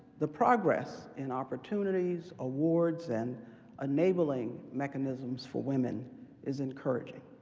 the progress in opportunities, awards, and enabling mechanisms for women is encouraging.